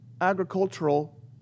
agricultural